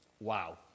Wow